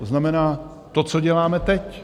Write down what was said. To znamená to, co děláme teď.